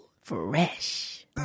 Fresh